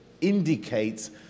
indicates